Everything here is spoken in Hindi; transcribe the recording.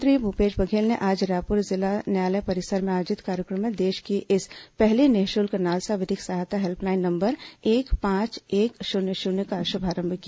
मुख्यमंत्री भूपेश बघेल ने आज रायपुर जिला न्यायालय परिसर में आयोजित कार्यक्रम में देश की इस पहली निःशुल्क नालसा विधिक सहायता हेल्पलाइन नंबर एक पांच एक शून्य शून्य का शुभारंभ किया